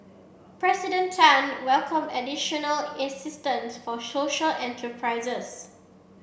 President Tan welcomed additional assistance for social enterprises